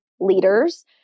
leaders